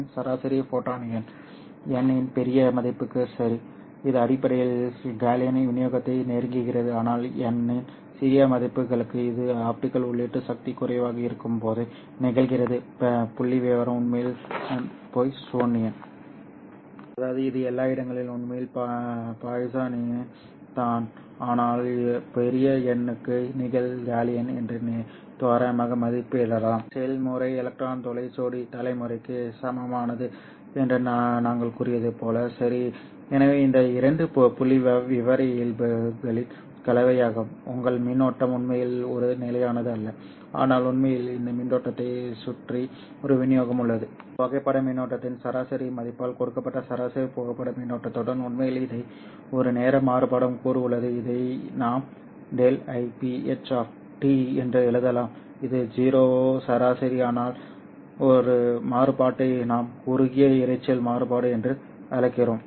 இன் சராசரி ஃபோட்டான் எண் n இன் பெரிய மதிப்புக்கு சரி இது அடிப்படையில் காஸியன் விநியோகத்தை நெருங்குகிறது ஆனால் n இன் சிறிய மதிப்புகளுக்கு இது ஆப்டிகல் உள்ளீட்டு சக்தி குறைவாக இருக்கும்போது நிகழ்கிறது புள்ளிவிவரம் உண்மையில் போய்சோனியன் அதாவது இது எல்லா இடங்களிலும் உண்மையில் பாய்சோனியன் தான் ஆனால் பெரிய n க்கு நீங்கள் காஸியன் என்று தோராயமாக மதிப்பிடலாம் இந்த செயல்முறை எலக்ட்ரான் துளை ஜோடி தலைமுறைக்கு சமமானது என்று நாங்கள் கூறியது போல சரி எனவே இந்த இரண்டு புள்ளிவிவர இயல்புகளின் கலவையாகும் உங்கள் மின்னோட்டம் உண்மையில் ஒரு நிலையானது அல்ல ஆனால் உண்மையில் இந்த மின்னோட்டத்தை சுற்றி ஒரு விநியோகம் உள்ளது புகைப்பட மின்னோட்டத்தின் சராசரி மதிப்பால் கொடுக்கப்பட்ட சராசரி புகைப்பட மின்னோட்டத்துடன் உண்மையில் இதை ஒரு நேர மாறுபடும் கூறு உள்ளது இதை நாம் ∆Iph என்று எழுதலாம் இது 0 சராசரி ஆனால் ஒரு மாறுபாட்டை நாம் குறுகிய இரைச்சல் மாறுபாடு என்று அழைக்கிறோம்